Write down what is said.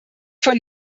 von